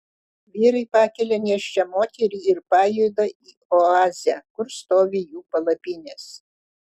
vyrai pakelia nėščią moterį ir pajuda į oazę kur stovi jų palapinės